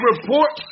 report –